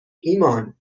ایمان